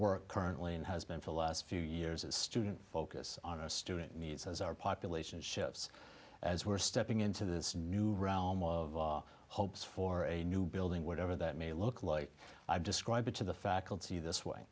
work currently and has been for the last few years as students focus on a student needs as our population shifts as we're stepping into this new realm of hopes for a new building whatever that may look like i've described it to the faculty this way